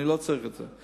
אני לא צריך את זה.